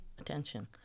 attention